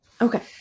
Okay